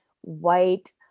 white